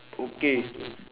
okay